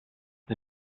the